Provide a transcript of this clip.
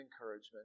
encouragement